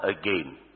again